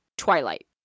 twilight